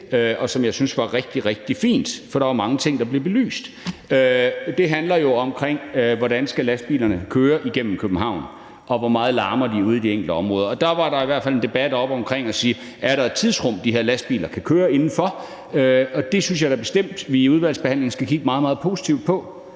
og som jeg synes var rigtig, rigtig fint, for der var mange ting, der blev belyst, handler jo om, hvordan lastbilerne skal køre igennem København, og hvor meget de larmer ude i de enkelte områder. Og der var der i hvert fald en debat oppe omkring at sige, om der er et tidsrum, de her lastbiler kan køre inden for, og det synes jeg da bestemt vi i udvalgsbehandlingen skal kigge meget, meget positivt på